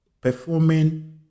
performing